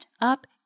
up